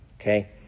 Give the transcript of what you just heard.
okay